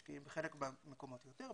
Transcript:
משקיעים בחלק מהמקומות יותר,